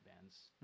bands